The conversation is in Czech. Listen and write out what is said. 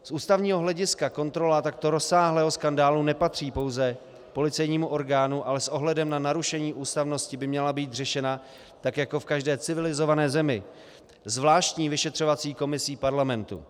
Z ústavního hlediska kontrola takto rozsáhlého skandálu nepatří pouze policejnímu orgánu, ale s ohledem na narušení ústavnosti by měla být řešena, tak jako v každé civilizované zemi, zvláštní vyšetřovací komisí parlamentu.